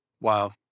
Wow